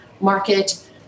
market